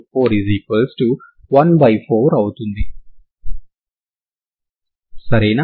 414 అవుతుంది సరేనా